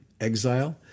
exile